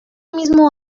mismo